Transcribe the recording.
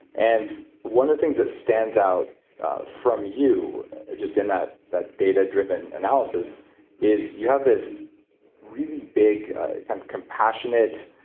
and one of the things that stands out from you just in that that data-driven analysis is you have this really big kind of compassionate,